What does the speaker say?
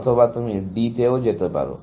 অথবা তুমি D তে যেতে পারো